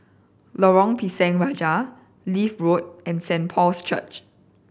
Lorong Pisang Raja Leith Road and Saint Paul's Church